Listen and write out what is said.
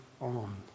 on